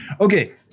Okay